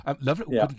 Lovely